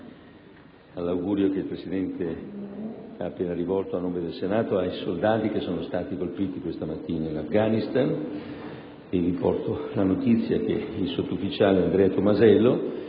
anch'io all'augurio che il Presidente ha appena rivolto, a nome del Senato, ai soldati che sono stati colpiti questa mattina in Afghanistan. Vi porto la notizia che il sottufficiale Andrea Tomasello,